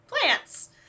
plants